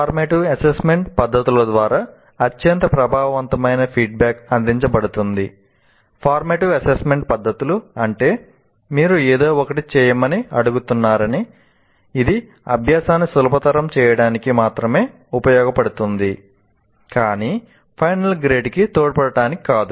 formative assessment పద్ధతులు అంటే మీరు ఏదో ఒకటి చేయమని అడుగుతున్నారని ఇది అభ్యాసాన్ని సులభతరం చేయడానికి మాత్రమే ఉపయోగించబడుతుంది కాని ఫైనల్ గ్రేడ్ కి తోడ్పడటానికి కాదు